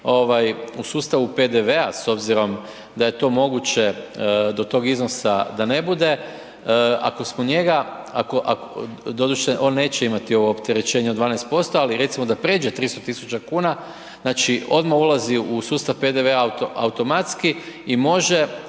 u sustavu PDV-a s obzirom da je to moguće do tog iznosa da ne bude, ako smo njega, doduše, on neće imati ovo opterećenje od 12%, ali recimo da pređe 300.000,00 kn, znači, odmah ulazi u sustav PDV-a automatski i može